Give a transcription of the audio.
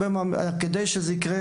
כדי שזה יקרה